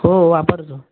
हो वापरतो